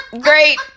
Great